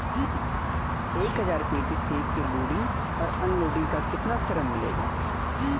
एक हज़ार पेटी सेब की लोडिंग और अनलोडिंग का कितना श्रम मिलेगा?